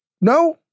No